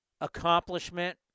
accomplishment